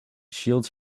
shields